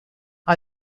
are